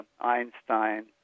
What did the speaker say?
Einstein